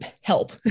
Help